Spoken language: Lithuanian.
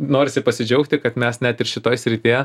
norisi pasidžiaugti kad mes net ir šitoj srityje